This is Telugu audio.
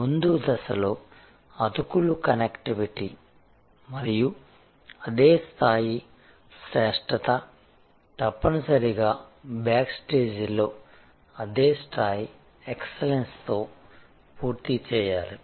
ముందు దశలో అతుకులు కనెక్టివిటీ మరియు అదే స్థాయి శ్రేష్ఠత తప్పనిసరిగా బ్యాక్ స్టేజ్లో అదే స్థాయి ఎక్సలెన్స్తో పూర్తి చేయాలి